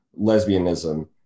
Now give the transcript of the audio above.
lesbianism